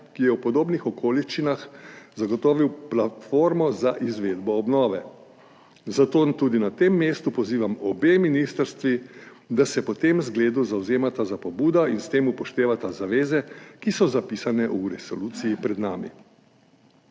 ki je v podobnih okoliščinah zagotovil platformo za izvedbo obnove, zato tudi na tem mestu pozivam obe ministrstvi, da se po tem zgledu zavzemata za pobudo in s tem upoštevata zaveze, ki so zapisane v resoluciji pred nami.